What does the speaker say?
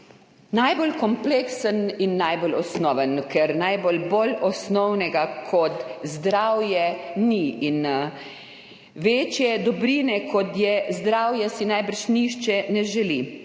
najbolj kompleksen in najbolj osnoven. Ker bolj osnovnega kot zdravje ni in večje dobrine, kot je zdravje, si najbrž nihče ne želi.